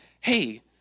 hey